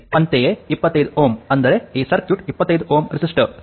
ಅಂತೆಯೇ 25Ω ಅಂದರೆ ಈ ಸರ್ಕ್ಯೂಟ್ 25Ω ರೆಸಿಸ್ಟರ್ ಸರಿ